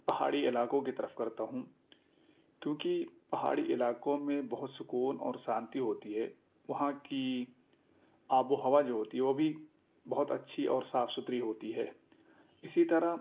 پہاڑی علاقوں کی طرف کرتا ہوں کیونکہ پہاڑی علاقوں میں بہت سکون اور شانتی ہوتی ہے وہاں کی آب و ہوا جو ہوتی ہے وہ بھی بہت اچھی اور صاف ستھری ہوتی ہے اسی طرح